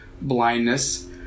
blindness